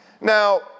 Now